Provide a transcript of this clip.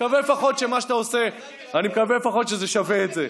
אני מקווה שלפחות מה שאתה עושה שווה את זה.